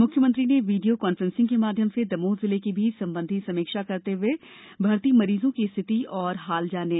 मुख्यमंत्री ने video conferencing के माध्यम से दमोह जिले की भी संबंधी समीक्षा करते हए भर्ती मरीजों की स्थिति और हाल जाना